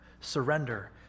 surrender